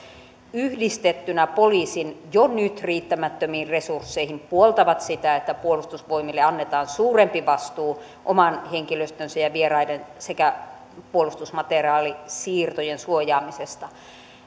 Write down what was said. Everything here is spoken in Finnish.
yhdistettynä poliisin jo nyt riittämättömiin resursseihin puoltavat sitä että puolustusvoimille annetaan suurempi vastuu oman henkilöstönsä ja vieraiden sekä puolustusmateriaalisiirtojen suojaamisesta